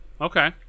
Okay